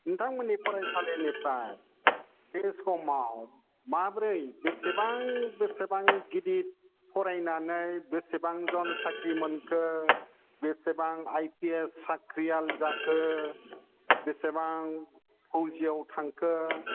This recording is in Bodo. नोंथांमोननि फरायसालिनिफ्राय बे समाव माब्रै बेसेबां बेसेबां गिदिर फरायनानै बेसेबां जन साख्रि मोनखो बेसेबां आइ पि एस साख्रियाल जाखो बेसेबां फौजियाव थांखो